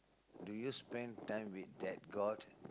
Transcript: do you spend time with that god